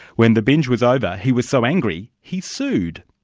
when the binge was over, he was so angry, he sued.